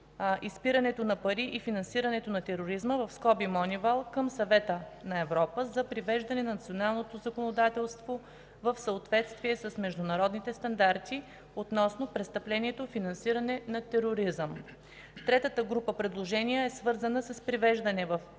изпирането на пари и финансирането на тероризма (МОНИВАЛ) към Съвета на Европа, за привеждане на националното законодателство в съответствие с международните стандарти относно престъплението „финансиране на тероризъм”. - Третата група предложения е свързана с привеждане